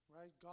right